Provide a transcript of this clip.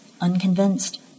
unconvinced